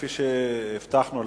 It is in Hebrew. כפי שהבטחנו,